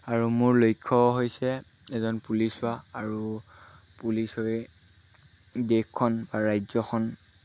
আৰু মোৰ লক্ষ্য হৈছে এজন পুলিচ হোৱা আৰু পুলিচ হৈ দেশখন আৰু ৰাজ্যখন